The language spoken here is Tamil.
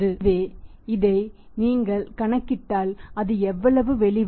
எனவே இதை நீங்கள் கணக்கிட்டால் அது எவ்வளவு வெளிவரும்